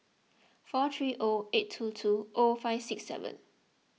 four three O eight two two O five six seven